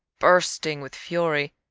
bursting with fury,